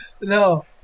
No